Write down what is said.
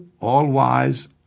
all-wise